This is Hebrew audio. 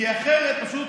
כי אחרת, פשוט